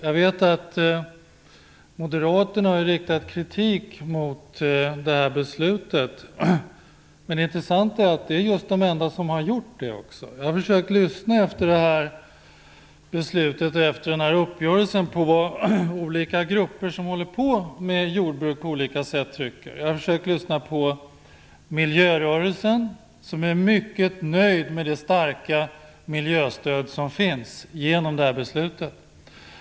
Jag vet att moderaterna har riktat kritik mot det här beslutet, men det intressanta är att de också är de enda som har gjort det. Efter beslutet och uppgörelsen har jag försökt att lyssna på vad olika grupper tycker, som på olika sätt håller på med jordbruk. Jag har lyssnat på miljörörelsen som är mycket nöjd med det starka miljöstödet genom det här beslutet.